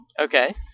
Okay